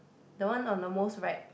the one on the most right